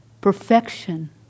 Perfection